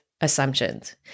assumptions